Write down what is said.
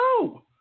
no